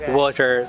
water